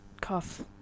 cough